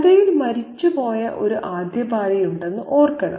കഥയിൽ മരിച്ചുപോയ ഒരു ആദ്യഭാര്യയുണ്ടെന്ന് ഓർക്കണം